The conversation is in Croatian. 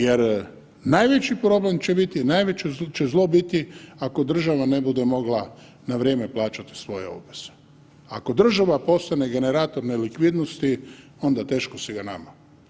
Jer najveći problem će biti, najveće će zlo biti ako država ne bude mogla na vrijeme plaćati svoje obveze, ako država postane generator nelikvidnosti onda teško si ga nama.